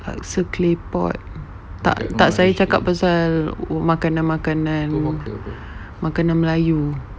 laksa claypot tak tak saya cakap pasal oh makanan-makanan makanan melayu